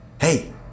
Hey